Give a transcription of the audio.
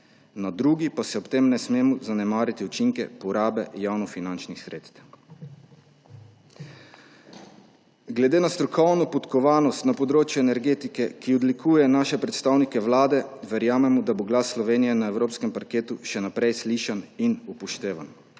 na drugi strani pa ob tem ne smemo zanemariti učinkov porabe javnofinančnih sredstev. Glede na strokovno podkovanost na področju energetike, ki odlikuje naše predstavnike vlade, verjamemo, da bo glas Slovenije na evropskem parketu še naprej slišan in upoštevan.